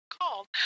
called